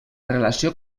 relació